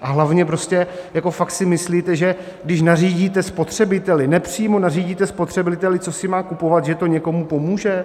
A hlavně, prostě jako fakt si myslíte, že když nařídíte spotřebiteli, nepřímo nařídíte spotřebiteli, co si má kupovat, že to někomu pomůže?